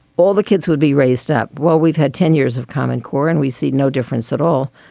all the kids would be raised up. well, we've had ten years of common core and we see no difference at all.